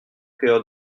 cœur